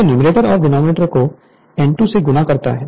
तो न्यूमैरेटर और और डिनॉमिनेटर को N2 से गुणा करता है